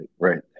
right